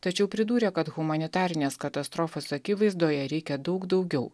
tačiau pridūrė kad humanitarinės katastrofos akivaizdoje reikia daug daugiau